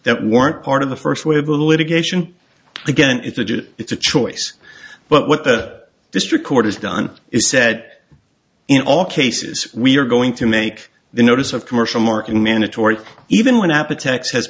that weren't part of the first where the litigation again is that it's a choice but what the district court has done is said in all cases we are going to make the notice of commercial marking mandatory even when appa text has